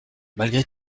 malgré